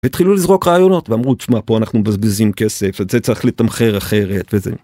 התחילו לזרוק רעיונות ואמרו תשמע פה אנחנו מבזבזים כסף את זה צריך לתמכר אחרת וזה.